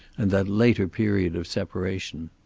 and that later period of separation.